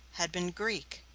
had been greek.